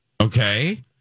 Okay